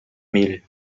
mille